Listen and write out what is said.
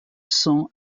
cents